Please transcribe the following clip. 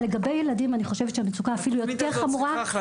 לגבי ילדים אני חושבת שהמצוקה אפילו יותר חמורה.